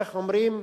איך אומרים,